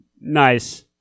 Nice